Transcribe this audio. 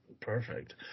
perfect